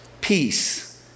peace